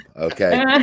okay